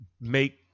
make